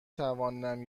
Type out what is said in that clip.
توانم